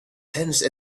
tense